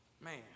Man